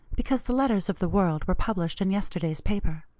because the letters of the world were published in yesterday's paper.